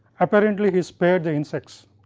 apparently he spared the insects.